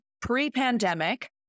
pre-pandemic